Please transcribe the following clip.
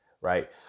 right